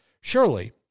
Surely